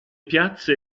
piazze